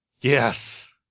Yes